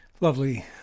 Lovely